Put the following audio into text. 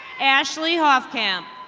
ashley hoffcamp.